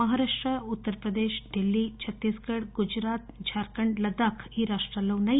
మహారాష్ట ఉత్తర్పదేశ్ ఢిల్లీచ ఛత్తీస్గడ్చ గుజరాత్ప జార్ఖండ్ లదాక్ ఈ రాష్టాల్లో ఉన్నాయి